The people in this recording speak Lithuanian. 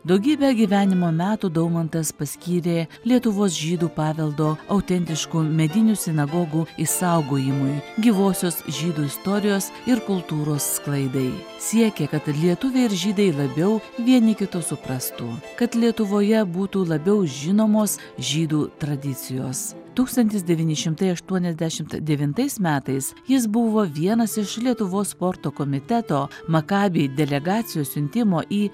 daugybę gyvenimo metų daumantas paskyrė lietuvos žydų paveldo autentiškų medinių sinagogų išsaugojimui gyvosios žydų istorijos ir kultūros sklaidai siekė kad ir lietuviai ir žydai labiau vieni kitus suprastų kad lietuvoje būtų labiau žinomos žydų tradicijos tūkstantis devyni šimtai aštuoniasdešimt devintais metais jis buvo vienas iš lietuvos sporto komiteto makabi delegacijos siuntimo į